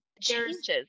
Changes